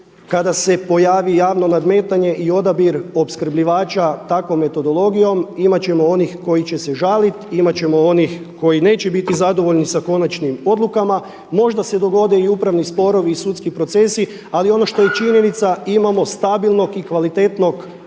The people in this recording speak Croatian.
kada se pojavi javno nadmetanje i odabir opskrbljivača takvom metodologijom imati ćemo onih koji će se žaliti i imati ćemo onih koji neće biti zadovoljni sa konačnim odlukama. Možda se dogode i upravni sporovi i sudski procesi. Ali i ono što je činjenica imamo stabilnog i kvalitetnog opskrbljivača